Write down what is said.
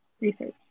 research